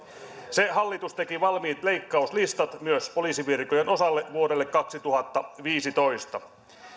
se hallitus teki valmiit leikkauslistat myös poliisivirkojen osalle vuodelle kaksituhattaviisitoista